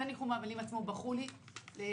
בניחום האבלים עצמו בכו לי כולם,